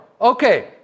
Okay